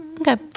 Okay